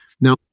Now